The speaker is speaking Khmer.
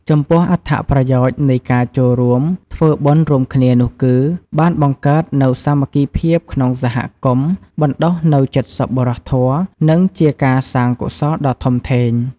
ចំពោះអត្ថប្រយោជន៍នៃការចូលរួមធ្វើបុណ្យរួមគ្នានោះគឺ បានបង្កើតនូវសាមគ្គីភាពក្នុងសហគមន៍ បណ្ដុះនូវចិត្តសប្បុរសធម៌ និងជាការសាងកុសលដ៏ធំធេង។